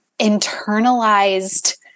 internalized